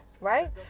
Right